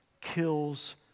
kills